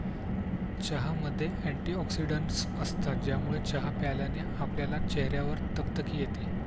चहामध्ये अँटीऑक्सिडन्टस असतात, ज्यामुळे चहा प्यायल्याने आपल्या चेहऱ्यावर तकतकी येते